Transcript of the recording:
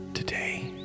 Today